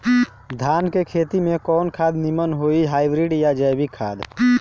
धान के खेती में कवन खाद नीमन होई हाइब्रिड या जैविक खाद?